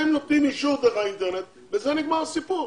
אתם נותנים אישור דרך האינטרנט, בזה נגמר הסיפור.